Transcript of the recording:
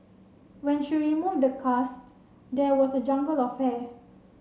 when she removed the cast there was a jungle of hair